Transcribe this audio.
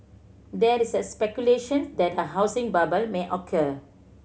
there is the speculation that a housing bubble may occur